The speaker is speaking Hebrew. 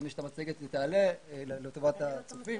אם יש את המצגת, היא תעלה לטובת הצופים.